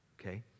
Okay